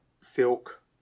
silk